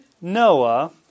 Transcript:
Noah